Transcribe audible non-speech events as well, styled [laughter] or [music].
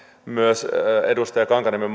myös edustaja kankaanniemen [unintelligible]